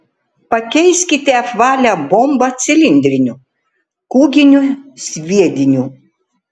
pakeiskite apvalią bombą cilindriniu kūginiu sviediniu